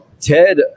ted